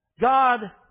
God